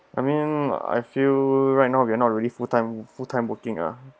I mean I feel right now we are not really full time full time working ah